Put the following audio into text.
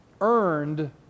earned